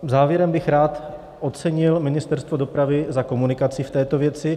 Závěrem bych rád ocenil Ministerstvo dopravy za komunikaci v této věci.